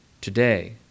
today